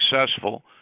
successful